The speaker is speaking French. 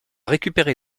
récupérer